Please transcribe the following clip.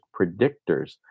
predictors